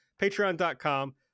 patreon.com